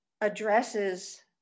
addresses